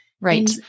right